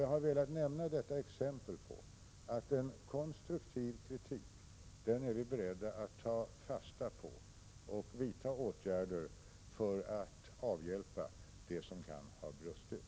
Jag har velat nämna detta exempel på att vi är beredda att ta fasta på en konstruktiv kritik, och vi är också beredda att vidta åtgärder för att avhjälpa det som kan ha brustit.